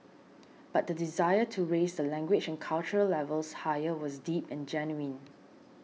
but the desire to raise the language and cultural levels higher was deep and genuine